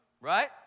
right